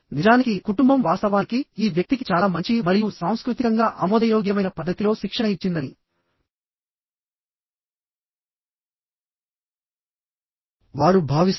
నిజానికి కుటుంబం వాస్తవానికి ఈ వ్యక్తికి చాలా మంచి మరియు సాంస్కృతికంగా ఆమోదయోగ్యమైన పద్ధతిలో శిక్షణ ఇచ్చిందని వారు భావిస్తారు